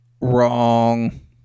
Wrong